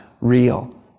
real